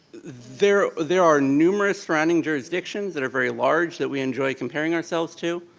there there are numerous surrounding jurisdictions that are very large, that we enjoy comparing ourselves to.